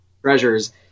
treasures